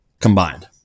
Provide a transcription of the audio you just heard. combined